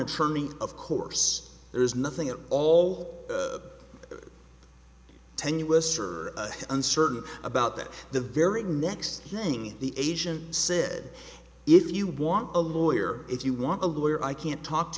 attorney of course there is nothing at all tenuous or uncertain about that the very next thing the asian said if you want a lawyer if you want a lawyer i can't talk to